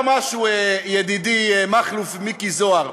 אני אגיד לך משהו, ידידי מכלוף מיקי זוהר,